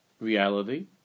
reality